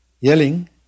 yelling